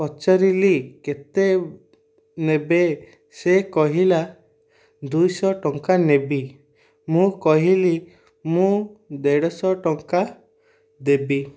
ପଚାରିଲି କେତେ ନେବେ ସେ କହିଲା ଦୁଇଶହ ଟଙ୍କା ନେବି ମୁଁ କହିଲି ମୁଁ ଦେଢ଼ଶହ ଟଙ୍କା ଦେବି